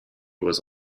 was